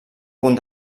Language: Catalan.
punt